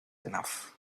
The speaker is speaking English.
enough